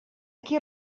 qui